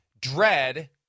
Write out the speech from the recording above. dread